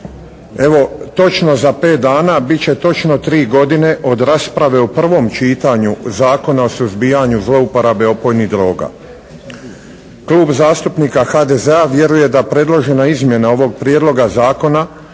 Evo točno za 5 dana bit će točno 3 godine od rasprave u prvom čitanju Zakona o suzbijanju zlouporabe opojnih droga. Klub zastupnika HDZ-a vjeruje da predložena izmjena ovog Prijedloga zakona